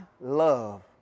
love